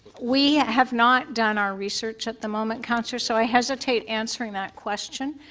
we have not done our research at the moment, councillor, so i hesitate answering that question.